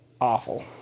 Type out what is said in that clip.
Awful